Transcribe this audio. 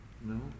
No